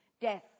death